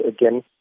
again